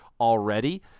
already